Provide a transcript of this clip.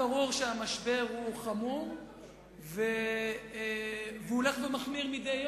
ברור שהמשבר חמור והוא הולך ומחמיר מדי יום,